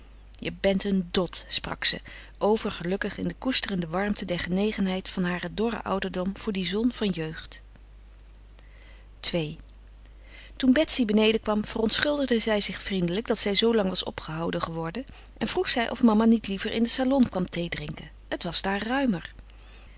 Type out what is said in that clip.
je bent een dot sprak ze overgelukkig in de koesterende warmte der genegenheid van haren dorren ouderdom voor die zon van jeugd ii toen betsy beneden kwam verontschuldigde zij zich vriendelijk dat zij zoo lang was opgehouden geworden en vroeg zij of mama niet liever in den salon kwam theedrinken het was daar ruimer